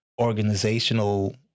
organizational